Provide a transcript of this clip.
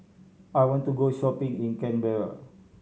I want to go shopping in Canberra